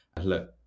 look